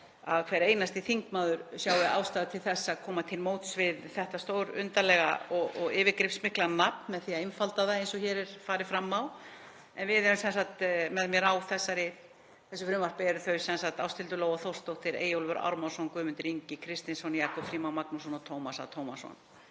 að hver einasti þingmaður sjái ástæðu til að koma til móts við þetta stórundarlega og yfirgripsmikla nafn með því að einfalda það eins og hér er farið fram á. En með mér á þessu frumvarpi eru sem sagt Ásthildur Lóa Þórsdóttir, Eyjólfur Ármannsson, Guðmundur Ingi Kristinsson, Jakob Frímann Magnússon og Tómas A. Tómasson.